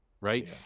right